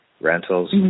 rentals